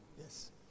yes